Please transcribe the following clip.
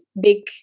big